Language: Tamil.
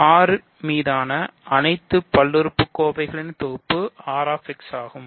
R மீதான அனைத்து பல்லுறுப்புக்கோவைகளின் தொகுப்பு Rx ஆகும்